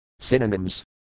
Synonyms